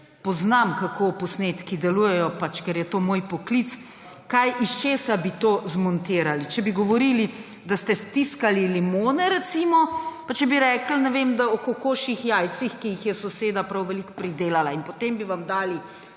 poznam, kako posnetki delujejo, pač, ker je to moj poklic, kaj iz česa bi to zmontirali. Če bi govorili, da ste stiskali limone, recimo, pa če bi rekli, ne vem, o kokošjih jajcih, ki jih je soseda prav veliko pridelala, in potem bi vam dali,